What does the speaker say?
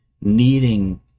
needing